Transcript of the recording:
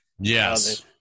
Yes